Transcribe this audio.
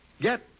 Get